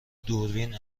دوربین